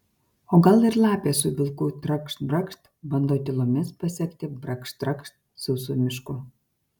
o gal ir lapė su vilku trakšt brakšt bando tylomis pasekti brakšt trakšt sausu mišku